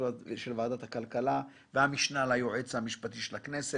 המשפטית של ועדת הכלכלה והמשנה ליועץ המשפטי של הכנסת,